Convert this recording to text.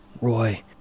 Roy